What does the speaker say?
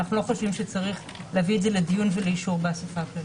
אנחנו לא חושבים שצריך להביא את זה לדיון ולאישור באסיפה הכללית.